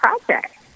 project